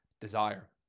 desire